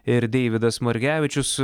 ir deividas margevičius